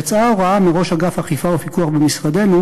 יצאה הוראה מראש אגף אכיפה ופיקוח במשרדנו